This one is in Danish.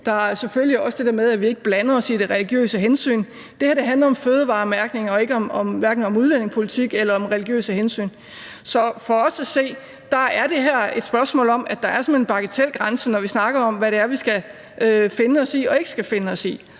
der er selvfølgelig også det der med, at vi ikke blander os i de religiøse hensyn. Det her handler om fødevaremærkning og hverken om udlændingepolitik eller om religiøse hensyn. Så for os at se er det her et spørgsmål om, at der er sådan en bagatelgrænse, når vi snakker om, hvad det er, vi skal finde os i og ikke skal finde os i